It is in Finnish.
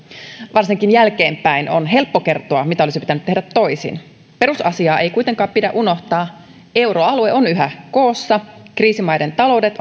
varsinkin jälkeenpäin on helppo kertoa mitä olisi pitänyt tehdä toisin perusasiaa ei kuitenkaan pidä unohtaa euroalue on yhä koossa kriisimaiden taloudet